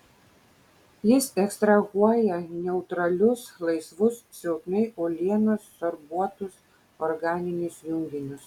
jis ekstrahuoja neutralius laisvus silpnai uolienos sorbuotus organinius junginius